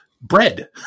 bread